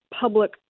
public